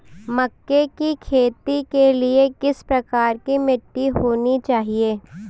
मक्के की खेती के लिए किस प्रकार की मिट्टी होनी चाहिए?